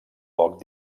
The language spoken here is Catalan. poc